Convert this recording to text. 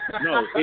No